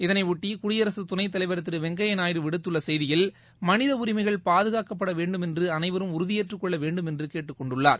இதனையொட்டி குடியரசு துணைத்தலைவர் திரு வெங்கைபா நாயுடு விடுத்துள்ள செய்தியில் மனித உரிமைகள் பாதுகாக்கப்பட வேண்டுமென்று அனைவரும் உறுதியேற்றுக் கொள்ள வேண்டுமென்று கேட்டுக் கொண்டுள்ளார்